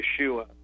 Yeshua